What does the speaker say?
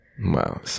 Wow